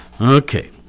Okay